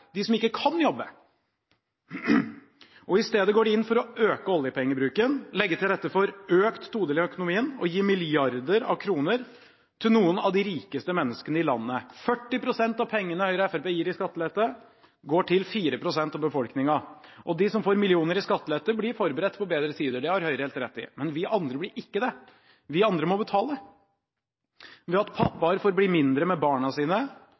de som ikke kan jobbe. Og i stedet går de inn for å øke oljepengebruken, legge til rette for en økt todeling i økonomien og gi milliarder av kroner til noen av de rikeste menneskene i landet. 40 pst. av pengene Høyre og Fremskrittspartiet gir i skattelette, går til 4 pst. av befolkningen, og de som får millioner i skattelette, blir forberedt på bedre tider – det har Høyre helt rett i – men vi andre blir ikke det. Vi andre må betale, ved at pappaer får bli mindre sammen med barna sine,